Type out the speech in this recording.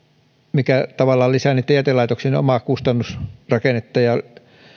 mikä tavallaan lisää jätelaitoksien omakustannusrakennetta ja